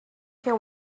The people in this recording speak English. care